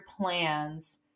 plans